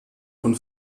und